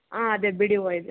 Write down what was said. ಆಂ ಅದೇ ಬಿಡಿ ಹೂವ ಇದೆ